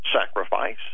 sacrifice